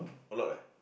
a lot eh